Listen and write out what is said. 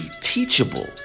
teachable